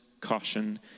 caution